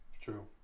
True